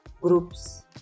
groups